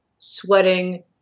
sweating